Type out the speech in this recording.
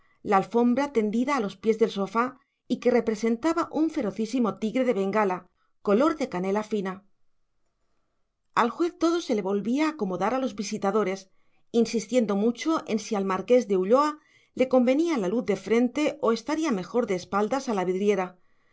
la alfombra tendida a los pies del sofá y que representaba un ferocísimo tigre de bengala color de canela fina al juez todo se le volvía acomodar a los visitadores insistiendo mucho en si al marqués de ulloa le convenía la luz de frente o estaría mejor de espaldas a la vidriera